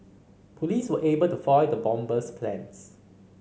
police were able to foil the bomber's plans